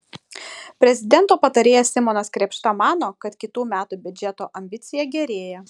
prezidento patarėjas simonas krėpšta mano kad kitų metų biudžeto ambicija gerėja